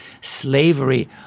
slavery